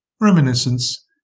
reminiscence